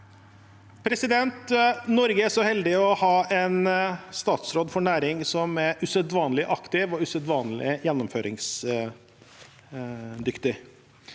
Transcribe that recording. Norge er så hel- dig å ha en statsråd for næring som er usedvanlig aktiv og usedvanlig gjennomføringsdyktig.